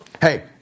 Hey